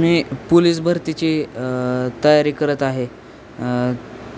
मी police भरतीची तयारी करत आहे